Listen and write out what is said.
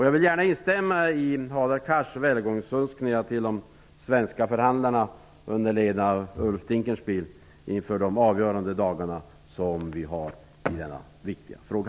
Jag vill gärna instämma i Hadar Cars välgångsönskningar till de svenska förhandlarna, under ledning av Ulf Dinkelspiel, inför de avgörande dagarna i denna viktiga fråga.